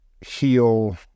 heal